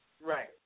Right